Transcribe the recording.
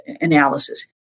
analysis